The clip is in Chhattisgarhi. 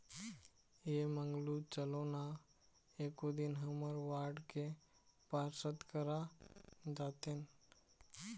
ऐ मंगलू चलो ना एको दिन हमर वार्ड के पार्षद करा जातेन